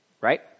right